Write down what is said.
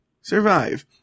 survive